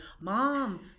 mom